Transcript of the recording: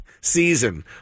season